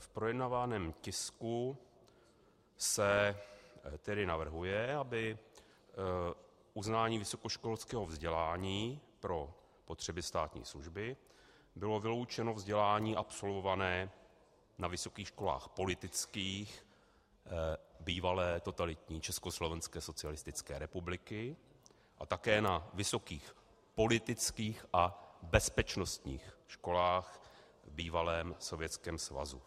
V projednávaném tisku se tedy navrhuje, aby z uznání vysokoškolského vzdělání pro potřeby státní služby bylo vyloučeno vzdělání absolvované na vysokých školách politických bývalé totalitní Československé socialistické republiky a také na vysokých politických a bezpečnostních školách v bývalém Sovětském svazu.